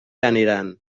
aniran